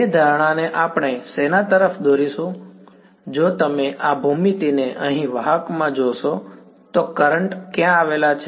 તે ધારણાને આપણે શેના તરફ દોરીશું જો તમે આ ભૂમિતિને અહીં વાહકમાં જોશો તો કરંટ ક્યાં આવેલા છે